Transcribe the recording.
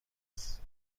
است